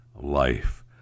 life